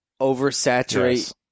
oversaturate –